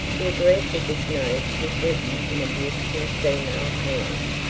the address of this note was written in a beautiful female hand,